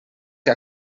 que